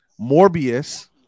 Morbius